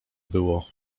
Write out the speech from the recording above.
było